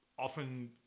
often